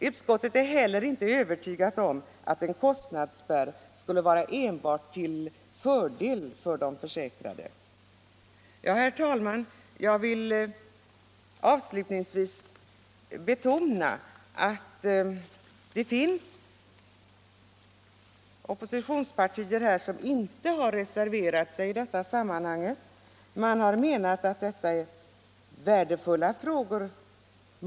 Utskottet är heller inte övertygat om att en kostnadsspärr skulle vara enbart till fördel för de försäkrade. Herr talman! Jag vill avslutningsvis betona att det finns oppositionspartier här som inte har reserverat sig i detta sammanhang; man har tydligen menat att detta är ett värdefullt förslag.